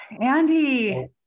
Andy